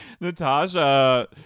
Natasha